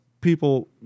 people